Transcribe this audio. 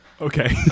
Okay